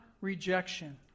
rejection